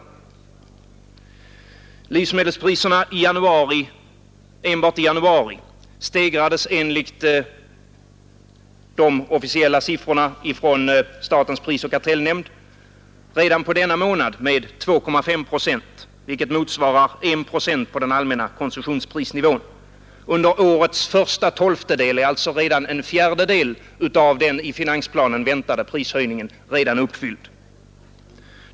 Livsmedelspriserna stegrades enligt de officiella siffrorna från statens prisoch kartellnämnd enbart under januari månad med 2,5 procent, vilket motsvarar 1 procent på den allmänna konsumtionsprisnivån. Under årets första tolftedel är alltså en fjärdedel av den i finansplanen väntade prishöjningen redan uppfylld.